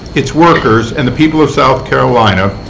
its workers, and the people of south carolina,